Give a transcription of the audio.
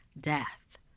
Death